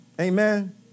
Amen